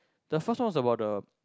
the first one was about the